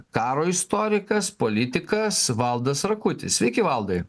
karo istorikas politikas valdas rakutis sveiki valdai